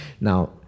Now